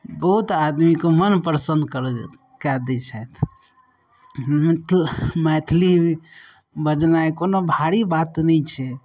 बहुत आदमीके मन प्रसन्न कर कए दै छथि मिथिला मैथिली बजनाइ कोनो भारी बात नहि छै